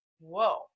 whoa